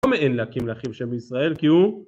לא מאן להקים לאחים שם בישראל, כי הוא